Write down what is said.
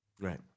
Right